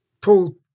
Paul